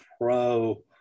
pro